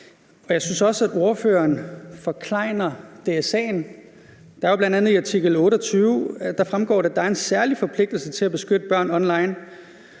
Jeg synes også, at ordføreren forklejner DSA'en. Det fremgår bl.a. af artikel 28, at der er en særlig forpligtelse til at beskytte børn online,